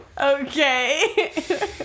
Okay